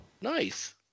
Nice